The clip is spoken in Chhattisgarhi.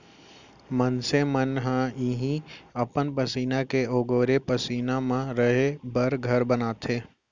मनसे मन ह इहीं अपन पसीना के ओगारे पइसा म रहें बर घर बनाथे